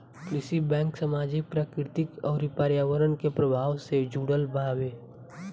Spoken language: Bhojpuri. कृषि बैंक सामाजिक, प्राकृतिक अउर पर्यावरण के प्रभाव से जुड़ल बावे